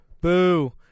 boo